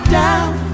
down